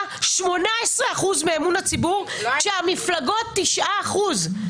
18 אחוזים מאמון הציבור כשהמפלגות קיבלו תשעה אחוזים.